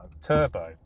Turbo